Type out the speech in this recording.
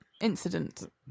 incident